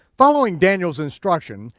following daniel's instruction,